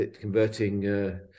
converting